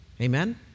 Amen